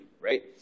right